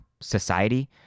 society